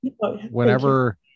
whenever